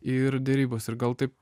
ir derybos ir gal taip